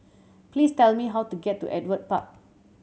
please tell me how to get to Ewart Park